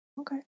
okay